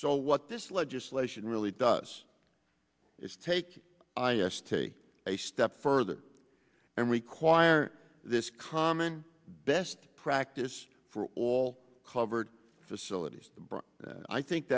so what this legislation really does is take i r s take a step further and require this common best practice for all covered facilities brought i think